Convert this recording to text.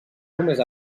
només